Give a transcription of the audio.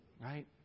Right